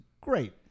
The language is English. great